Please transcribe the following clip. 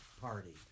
party